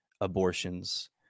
abortions